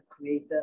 creator